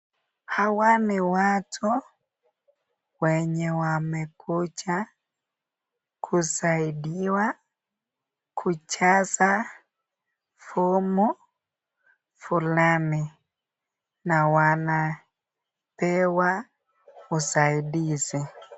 Hawa ni watu wenye wamekuja kusaidiwa kujaza fomu fulani. Na wanapewa usaidizi.